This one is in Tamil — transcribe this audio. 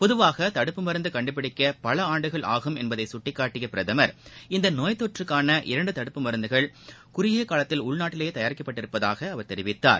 பொதுவாக தடுப்பு மருந்து கண்டுபிடிக்க பல ஆண்டுகள் ஆகும் என்பதை சுட்டிக்காட்டிய பிரதமா் இந்த நோய் தொற்றுக்கான இரண்டு தடுப்பு மருந்துகள் குறுகிய காலத்தில் உள்நாட்டிலேயே உருவாக்கப்பட்டிருப்பதாக அவர் தெரிவித்தார்